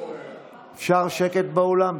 אפשר שקט באולם?